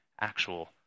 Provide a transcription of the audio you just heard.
actual